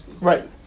Right